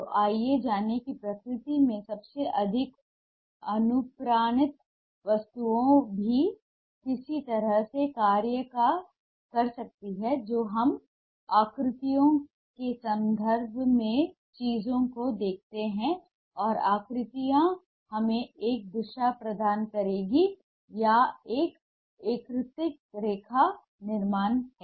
तो आइए जानें कि प्रकृति में सबसे अधिक अनुप्राणित वस्तुएं भी किस तरह से कार्य कर सकती हैं जो हम आकृतियों के संदर्भ में चीजों को देखते हैं और आकृतियां हमें एक दिशा प्रदान करेंगी यह एक एकीकृत रेखा निर्माण है